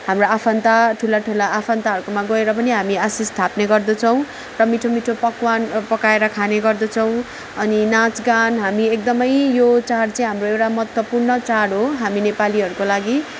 हाम्रो आफन्त ठुला ठाला आफन्तहरूकोमा गएर पनि हामी आशिष् थाप्ने गर्दछौँ र मिठो मिठो पकवान पकाएर खाने गर्दछौँ अनि नाच गान हामी एकदम यो चाड चाहिँ हाम्रो एउटा महत्त्वपूर्ण चाड हो हामी नेपालीहरूको लागि